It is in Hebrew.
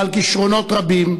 בעל כישרונות רבים,